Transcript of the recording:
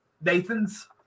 Nathan's